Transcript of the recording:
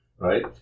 Right